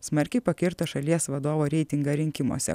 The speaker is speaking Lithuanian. smarkiai pakirto šalies vadovo reitingą rinkimuose